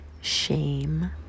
shame